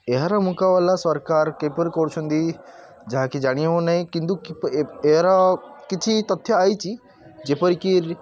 ଏହାର ମୁକାବିଲା ସରକାର କିପରି କରୁଛନ୍ତି ଯାହାକି ଜାଣି ହେଉ ନାହିଁ କିନ୍ତୁ ଏହାର କିଛି ତଥ୍ୟ ଆସିଛି ଯେପରିକି